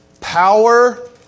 power